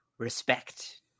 respect